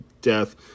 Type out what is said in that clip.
death